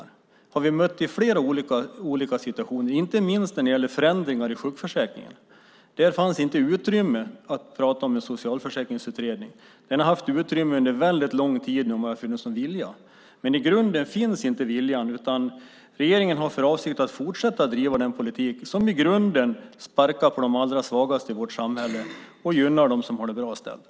Det har vi mött i flera olika situationer, inte minst när det gäller förändringar i sjukförsäkringen. Det har inte funnits utrymme att prata om en socialförsäkringsutredning. Det hade funnits utrymme för en sådan under lång tid om det hade funnits någon vilja. I grunden finns inte viljan, utan regeringen har för avsikt att fortsätta att driva den politik som i grunden sparkar på de allra svagaste i vårt samhälle och gynnar dem som har det bra ställt.